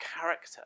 character